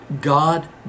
God